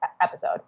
episode